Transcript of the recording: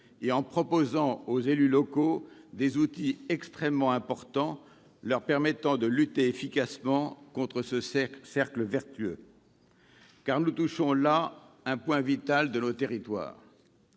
et en proposant aux élus locaux des outils extrêmement importants pour lutter efficacement contre ce cercle vicieux. En effet, nous touchons là un point vital de nos territoires.